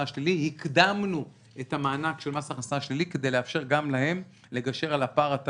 השלילי אז הקדמנו את המענק של מס ההכנסה השלילי